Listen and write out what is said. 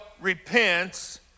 repents